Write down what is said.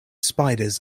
spiders